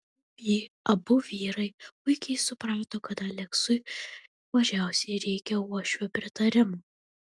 abu vyrai puikiai suprato kad aleksui mažiausiai reikia uošvio pritarimo